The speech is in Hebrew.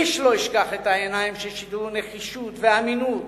איש לא ישכח את העיניים ששידרו נחישות ואמינות